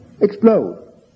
Explode